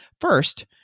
First